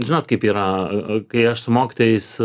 žinot kaip yra kai aš su mokytojais